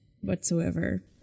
whatsoever